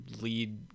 lead